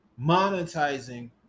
monetizing